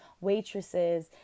waitresses